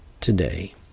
today